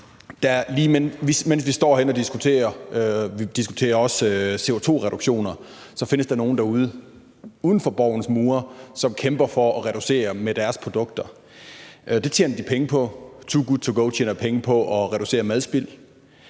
står herinde og også diskuterer CO2-reduktioner, findes der nogle uden for Borgens mure, som kæmper for at reducere det med deres produkter. Det tjener de penge på. Too Good To Go tjener penge på at reducere madspild.